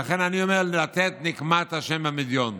ולכן אני אומר: "לתת נקמת ה' במדיין".